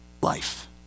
life